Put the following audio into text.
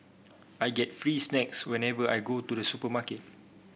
I get free snacks whenever I go to the supermarket